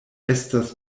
estas